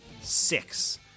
six